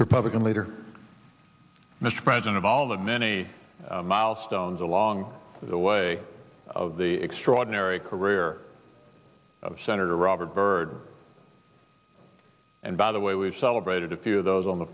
republican leader mr president of all the many milestones along the way of the extraordinary career of senator robert byrd and by the way we've celebrated a few of those on the